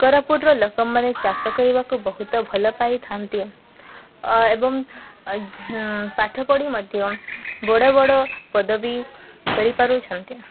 କୋରାପୁଟର ଲୋକମାନେ ଚାଷ କରିବାକୁ ବହୁତ ଭଲ ପାଇଥାନ୍ତି ଏବଂ ପାଠ ପଢ଼ି ମଧ୍ୟ ବଡ଼ ବଡ଼ ପଦବୀ କରିପାରୁଛନ୍ତି